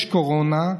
יש קורונה.